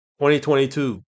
2022